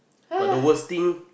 but the worst thing